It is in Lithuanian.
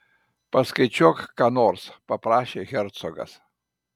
paskaičiuok ką nors paprašė hercogas